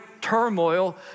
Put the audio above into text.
turmoil